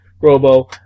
Robo